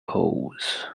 pose